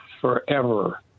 forever